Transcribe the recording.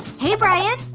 hey brian!